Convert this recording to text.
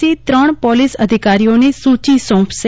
C ત્રણ police અધિકારીઓની સૂચી સોપાશે